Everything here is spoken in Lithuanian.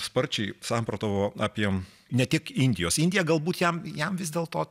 sparčiai samprotavo apie ne tik indijos indija galbūt jam jam vis dėlto